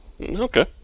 Okay